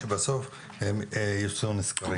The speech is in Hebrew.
שבסוף הם ייצאו נשכרים מזה.